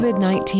COVID-19